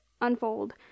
unfold